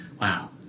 wow